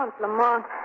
Lamont